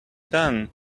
done